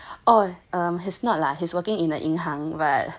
err he is not lah he's working in a 银行 but